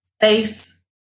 face